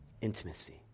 Intimacy